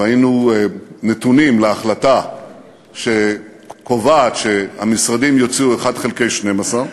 והיינו נתונים להחלטה שקובעת שהמשרדים יוציאו 1 חלקי 12,